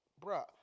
bruh